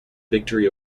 victory